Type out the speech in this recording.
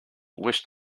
wish